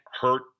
hurt